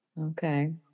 Okay